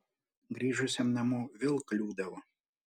grįžusiam namo vėl kliūdavo